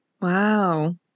wow